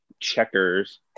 checkers